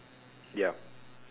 ya